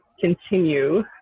continue